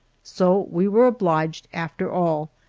so we were obliged, after all,